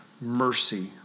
mercy